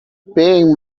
being